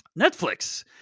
Netflix